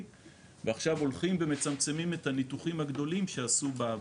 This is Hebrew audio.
ועכשיו הולכים ומצמצמים את הניתוחים הגדולים שעשו בעבר.